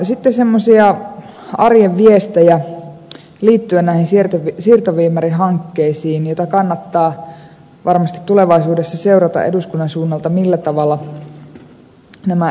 sitten semmoisia arjen viestejä liittyen näihin siirtoviemärihankkeisiin joita kannattaa varmasti tulevaisuudessa seurata eduskunnan suunnalta millä tavalla nämä edistyvät